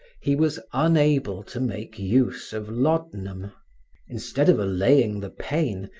he was unable to make use of laudanum instead of allaying the pain,